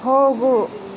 ಹೋಗು